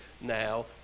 now